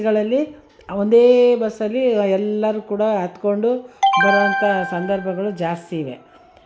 ಬಸ್ಗಳಲ್ಲಿ ಒಂದೇ ಬಸ್ಸಲ್ಲಿ ಎಲ್ಲರೂ ಕೂಡ ಹತ್ತಿಕೊಂಡು ಬರುವಂಥ ಸಂದರ್ಭಗಳು ಜಾಸ್ತಿ ಇವೆ